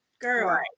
Girl